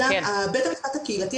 בית המשפט הקהילתי,